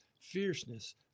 fierceness